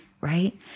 right